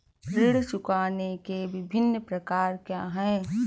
ऋण चुकाने के विभिन्न प्रकार क्या हैं?